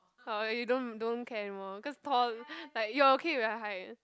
oh you don't don't care anymore cause tall like you okay with your height